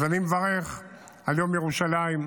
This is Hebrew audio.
אז אני מברך על יום ירושלים.